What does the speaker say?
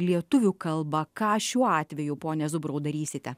lietuvių kalba ką šiuo atveju pone zubrau darysite